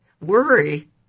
worry